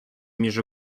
між